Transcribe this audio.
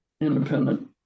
independent